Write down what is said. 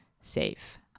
safe